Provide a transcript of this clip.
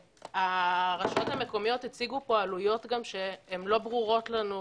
הרשויות המקומיות הציגו פה עלויות שלא ברורות לנו,